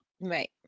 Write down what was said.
Right